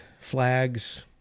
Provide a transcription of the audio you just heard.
flags